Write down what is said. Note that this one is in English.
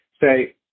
say